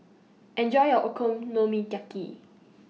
Enjoy your Okonomiyaki